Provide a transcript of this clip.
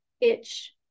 itch